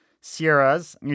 Sierras